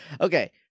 Okay